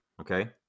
Okay